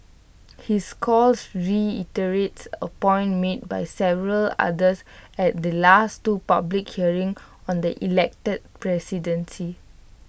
his calls reiterates A point made by several others at the last two public hearings on the elected presidency